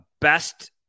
best